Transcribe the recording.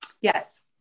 Yes